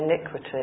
iniquity